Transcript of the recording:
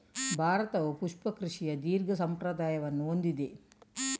ಭಾರತವು ಪುಷ್ಪ ಕೃಷಿಯ ದೀರ್ಘ ಸಂಪ್ರದಾಯವನ್ನು ಹೊಂದಿದೆ